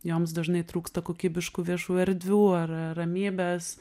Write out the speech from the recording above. joms dažnai trūksta kokybiškų viešųjų erdvių ar ramybės